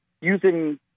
using